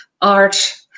art